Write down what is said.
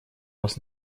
вас